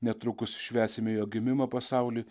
netrukus švęsime jo gimimą pasauly